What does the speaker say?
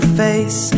face